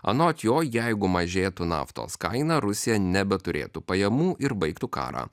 anot jo jeigu mažėtų naftos kaina rusija nebeturėtų pajamų ir baigtų karą